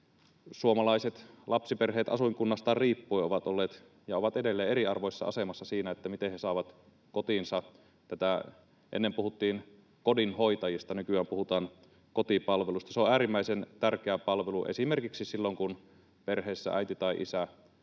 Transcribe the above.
suomalaiset lapsiperheet asuinkunnastaan riippuen ovat olleet — ja ovat edelleen — eriarvoisessa asemassa siinä, miten he saavat kotiinsa tätä... Ennen puhuttiin kodinhoitajista, nykyään puhutaan kotipalvelusta. Se on äärimmäisen tärkeä palvelu esimerkiksi silloin, kun perheessä äiti tai isä